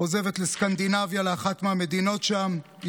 עוזבת לסקנדינביה, לאחת מהמדינות שם.